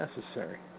necessary